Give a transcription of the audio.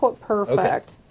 perfect